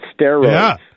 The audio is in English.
steroids